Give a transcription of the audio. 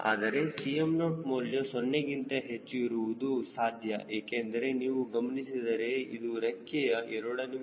ಆದರೆ Cm0 ಮೌಲ್ಯ 0 ಗಿಂತ ಹೆಚ್ಚು ಇರುವುದು ಸಾಧ್ಯ ಏಕೆಂದರೆ ನೀವು ಗಮನಿಸಿದರೆ ಇದು ರೆಕ್ಕೆಯ a